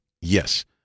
Yes